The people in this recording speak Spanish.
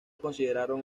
consideraron